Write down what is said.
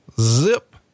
zip